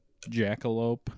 Jackalope